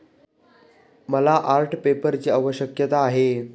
मला आर्ट पेपरची आवश्यकता आहे